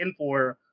Infor